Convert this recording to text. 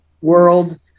world